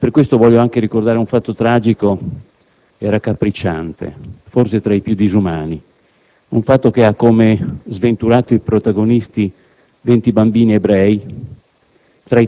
Per questo voglio anche ricordare un fatto tragico e raccapricciante, forse tra i più disumani; un fatto che ha come sventurati protagonisti venti bambini ebrei,